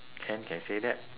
can can say that